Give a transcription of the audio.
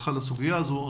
הרווחה לסוגיה הזו.